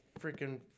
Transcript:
freaking